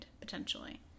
potentially